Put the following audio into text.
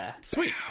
sweet